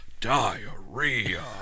diarrhea